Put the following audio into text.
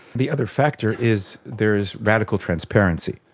the other factor is there is radical transparency,